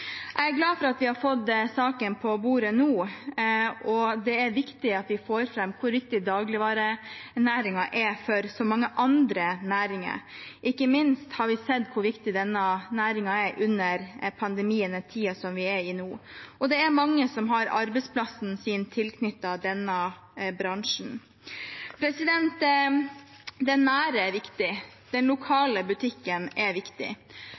Jeg er glad for at vi har fått saken på bordet nå, og det er viktig at vi får fram hvor viktig dagligvarenæringen er for så mange andre næringer. Ikke minst har vi sett hvor viktig denne næringen har vært under pandemien, i den tiden vi er i nå. Det er mange som har arbeidsplassen sin tilknyttet denne bransjen. Det nære er viktig. Den lokale butikken er viktig.